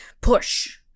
push